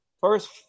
first